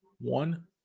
One